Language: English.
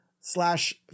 slash